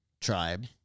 tribe